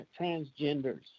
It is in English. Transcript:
transgenders